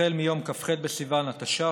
החל מיום כ"ח בסיוון התש"ף,